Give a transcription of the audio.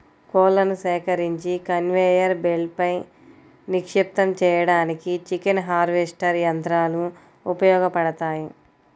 కోళ్లను సేకరించి కన్వేయర్ బెల్ట్పై నిక్షిప్తం చేయడానికి చికెన్ హార్వెస్టర్ యంత్రాలు ఉపయోగపడతాయి